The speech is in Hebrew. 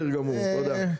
תודה.